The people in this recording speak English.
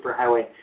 Superhighway